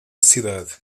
cidade